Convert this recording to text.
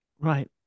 Right